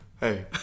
Hey